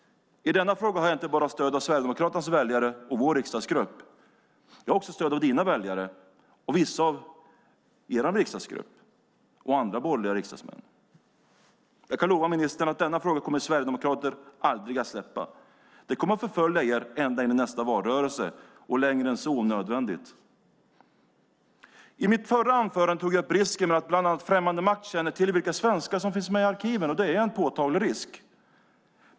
I denna fråga har jag inte bara stöd av sverigedemokraternas väljare och vår riksdagsgrupp. Jag har också stöd av ministerns väljare, vissa i er riksdagsgrupp och andra borgerliga riksdagsmän. Jag kan lova att denna fråga kommer sverigedemokrater aldrig att släppa. Den kommer att förfölja er ända in i nästa valrörelse och längre än så om nödvändigt. I mitt förra anförande tog jag upp risken att bland annat främmande makt känner till vilka svenskar som finns med i arkiven, och det är en påtaglig risk.